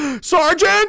Sergeant